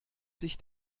sich